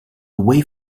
away